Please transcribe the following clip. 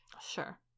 sure